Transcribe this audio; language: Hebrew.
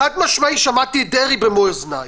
(היו"ר מיכאל מלכיאלי,